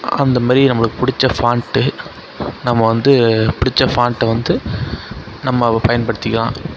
அந்த மாதிரி நம்மளுக்கு பிடிச்ச ஃபாண்ட்டு நம்ம வந்து பிடிச்ச ஃபாண்ட்டு வந்து நம்ம பயன்படுத்திக்கலாம்